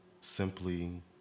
simply